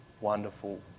wonderful